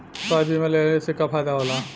स्वास्थ्य बीमा लेहले से का फायदा होला?